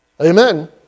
Amen